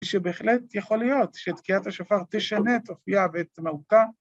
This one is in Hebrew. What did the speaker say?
‫כשבהחלט יכול להיות ‫שתקיעת השופר תשנה את אופיה ואת מהותה.